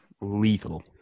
lethal